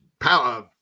power